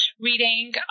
reading